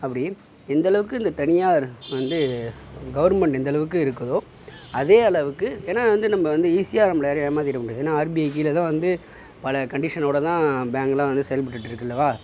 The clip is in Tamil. அப்படி எந்தளவுக்கு இந்த தனியார் வந்து கவுர்மெண்ட் எந்தளவுக்கு இருக்குதோ அதே அளவுக்கு ஏன்னா வந்து நம்ம வந்து ஈஸியாக நம்மளை யாரும் ஏமாற்றிட முடியாது ஏன்னா ஆர்பிஐ கீழே தான் வந்து பல கண்டிஷனோட தான் பேங்க்லாம் வந்து செயல்பட்டுகிட்டு இருக்குல்லவா